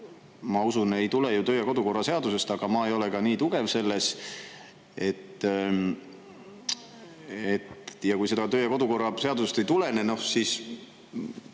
ma usun, ei tule ju töö- ja kodukorra seadusest, aga ma ei ole ka nii tugev selles. Kui see töö- ja kodukorra seadusest ei tulene, siis